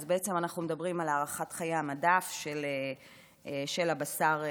אז בעצם אנחנו מדברים על הארכת חיי המדף של הבשר המצונן,